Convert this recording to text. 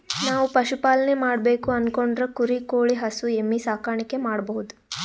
ನಾವ್ ಪಶುಪಾಲನೆ ಮಾಡ್ಬೇಕು ಅನ್ಕೊಂಡ್ರ ಕುರಿ ಕೋಳಿ ಹಸು ಎಮ್ಮಿ ಸಾಕಾಣಿಕೆ ಮಾಡಬಹುದ್